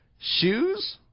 Shoes